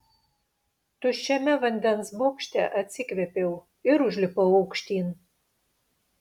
tuščiame vandens bokšte atsikvėpiau ir užlipau aukštyn